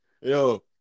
Yo